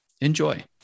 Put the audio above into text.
Enjoy